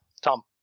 Tom